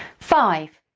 five.